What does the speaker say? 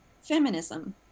feminism